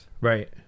Right